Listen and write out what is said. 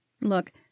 Look